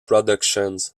productions